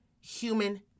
human